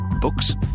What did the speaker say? Books